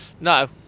No